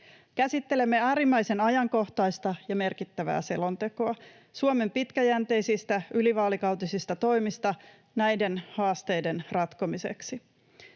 Käsittelemme äärimmäisen ajankohtaista ja merkittävää selontekoa Suomen pitkäjänteisistä, ylivaalikautisista toimista näiden haasteiden ratkomiseksi.